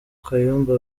kayumba